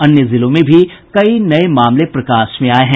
अन्य जिलों में भी कई नये मामले प्रकाश में आये हैं